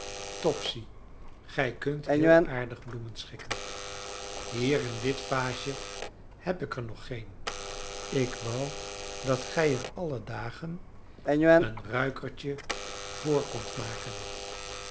topsy gij kunt heel aardig bloemen schikken hier in dit vaasje heb ik er nog geen ik wou dat gij er alle dagen een ruikertje voor kondt maken